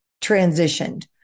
transitioned